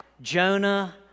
Jonah